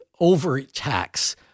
overtax